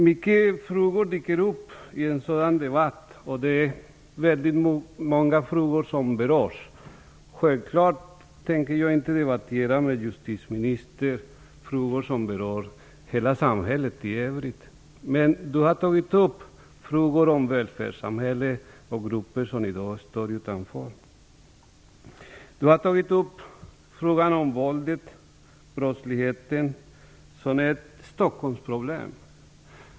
Många frågor dyker upp i en sådan debatt, och väldigt många frågor berörs. Självklart tänker jag inte med justitieministern debattera frågor som rör hela samhället i övrigt. Men justitieministern har tagit upp frågor om välfärdssamhället och grupper som i dag står utanför. Justitieministern har tagit upp frågan om våldet, brottsligheten, som ett Stockholmsproblem.